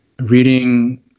reading